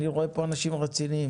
אני רואה פה אנשים רציניים,